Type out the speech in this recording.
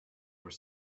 were